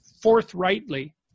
forthrightly